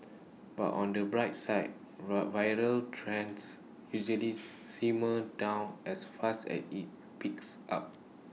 but on the bright side viral trends usually simmer down as fast as IT peaks up